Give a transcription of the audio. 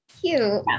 cute